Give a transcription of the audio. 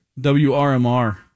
WRMR